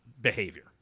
behavior